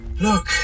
Look